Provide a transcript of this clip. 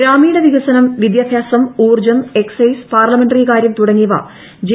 ഗ്രാമീണ വികസനം വിദ്യാഭ്യാസം ഊർജ്ജം എക്സസൈസ് പാർലമെന്ററി കാര്യം തുടങ്ങിയവ ജെ